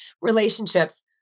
relationships